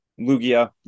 Lugia